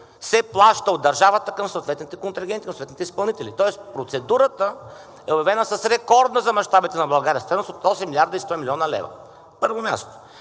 се плаща от държавата към съответните контрагенти, към съответните изпълнители. Тоест процедурата е въведена с рекордна за мащабите на България стойност от 8 млрд. и 100 млн. лв., на първо място.